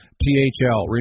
T-H-L